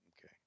Okay